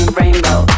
rainbow